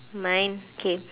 mine okay